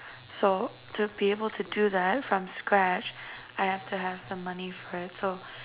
so to be able to do that from scratch I have to have the money so